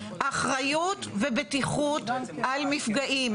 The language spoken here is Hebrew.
אחריות ובטיחות על מפגעים,